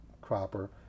Cropper